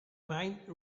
mind